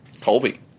Colby